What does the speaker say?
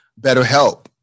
BetterHelp